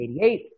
1988